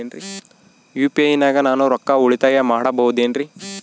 UPI ನಾಗ ನಾನು ರೊಕ್ಕ ಉಳಿತಾಯ ಮಾಡಬಹುದೇನ್ರಿ?